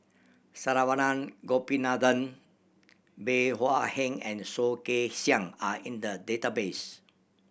Saravanan Gopinathan Bey Hua Heng and Soh Kay Siang are in the database